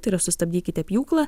tai yra sustabdykite pjūklą